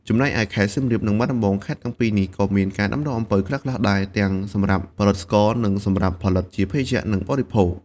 ចំណែកឯខេត្តសៀមរាប និងបាត់ដំបង ខេត្តទាំងពីរនេះក៏មានការដាំដុះអំពៅខ្លះៗដែរ ទាំងសម្រាប់ផលិតស្ករ និងសម្រាប់ផលិតជាភេសជ្ជៈ និងបរិភោគ។